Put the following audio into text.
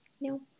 no